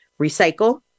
Recycle